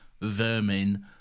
Vermin